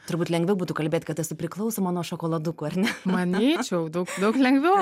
turbūt lengviau būtų kalbėt kad esi priklausoma nuo šokoladukų ar ne